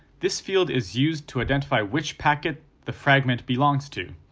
this field is used to identify which packet the fragment belongs to,